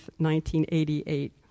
1988